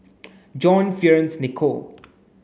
John Fearns Nicoll